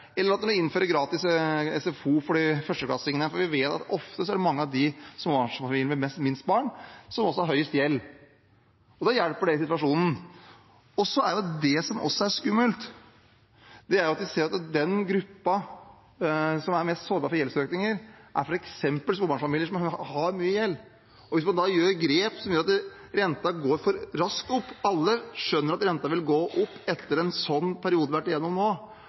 gratis SFO for førsteklassingene, for vi vet at ofte er det mange av småbarnsfamiliene med minst barn, som også har høyest gjeld – og det avhjelper situasjonen. Det som også er skummelt – når vi ser at en gruppe som er mest sårbar for gjeldsøkningen, er f.eks. småbarnsfamilier, som har mye gjeld – er hvis man tar grep som gjør at renten går for raskt opp. Alle skjønner at renten vil gå opp etter en sånn periode som vi har vært igjennom nå,